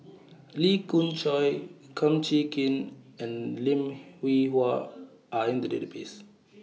Lee Khoon Choy Kum Chee Kin and Lim Hwee Hua Are in The Database